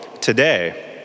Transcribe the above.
today